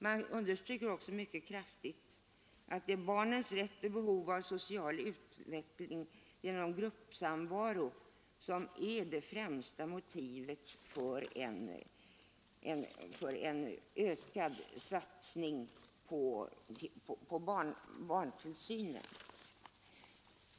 Man understryker också mycket kraftigt att det är barnens rätt och behov av social utveckling genom gruppsamvaro som är det främsta motivet för en ökad satsning på barntillsynen.